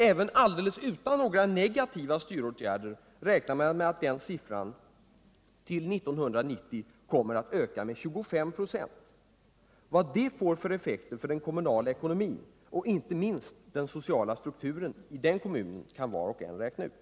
Även alldeles utan några negativa styråtgärder räknar man med att den siffran till 1990 kommer att öka med 25 6. Vad det får för effekter för den kommunala ckonomin och inte minst den sociala strukturen i kommunen kan var och en räkna ut.